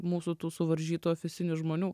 mūsų tų suvaržytų ofisinių žmonių